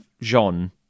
Jean